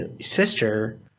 sister